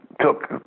took